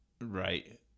Right